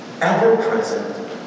ever-present